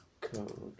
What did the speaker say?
code